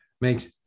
makes